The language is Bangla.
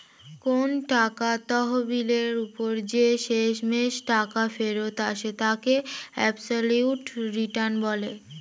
কোন একটা তহবিলের ওপর যে শেষমেষ টাকা ফেরত আসে তাকে অ্যাবসলিউট রিটার্ন বলে